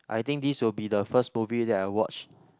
I think this will be the first movie that I watch